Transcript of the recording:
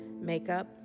makeup